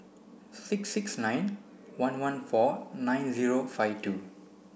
six six nine one one four nine zero five two